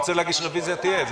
אפשר להגיש רביזיה על דבר כזה?